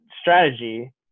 strategy